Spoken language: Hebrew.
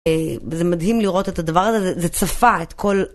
וזה מדהים לראות את הדבר הזה, זה צפה את כל...